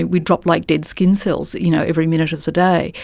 we drop like dead skin cells you know every minute of the day,